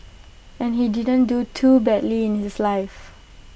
and he didn't do too badly in his life